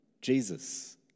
Jesus